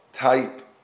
type